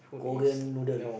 Korean noodle